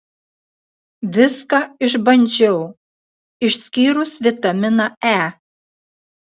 viską išbandžiau išskyrus vitaminą e